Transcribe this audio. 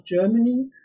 Germany